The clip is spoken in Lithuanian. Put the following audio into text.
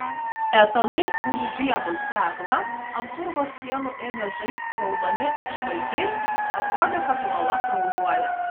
etanui užžiebus deglą ant urvo sienų ėmė žaisti raudoni atšvaitai atrodė kad uola kraujuoja